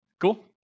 Cool